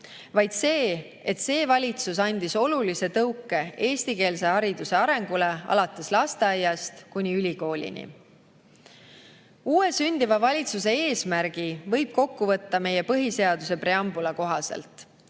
vaid see, et see valitsus andis olulise tõuke eestikeelse hariduse arengule alates lasteaiast kuni ülikoolini. Uue, sündiva valitsuse eesmärgi võib kokku võtta meie põhiseaduse preambuli kohaselt: